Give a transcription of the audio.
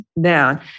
down